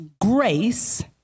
grace